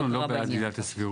אני לא בעד עילת הסבירות.